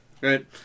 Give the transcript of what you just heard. right